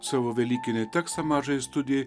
savo velykinį tekstą mažajai studijai